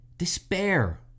Despair